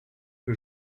que